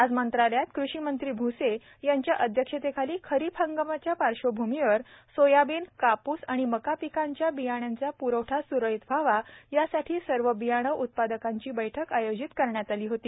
आज मंत्रालयात कृषीमंत्री भूसे यांच्या अध्यक्षतेखाली खरीप हंगामाच्या पार्श्वभुमीवर सोयाबीन कापूस आणि मकापिकांच्या बियाण्यांचा प्रवठा स्रळीत व्हावा यासाठी सर्व बियाणेउत्पादकांचीबैठक आयोजित करण्यात आली होती